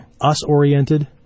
us-oriented